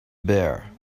bare